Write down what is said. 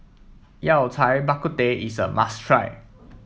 Yao Cai Bak Kut Teh is a must try